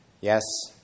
Yes